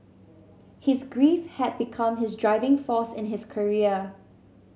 his grief had become his driving force in his career